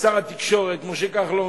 לשר התקשורת משה כחלון,